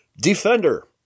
Defender